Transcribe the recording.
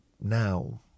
now